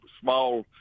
small